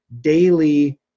daily